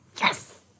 Yes